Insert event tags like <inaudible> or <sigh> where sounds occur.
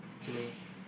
<breath>